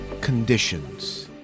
conditions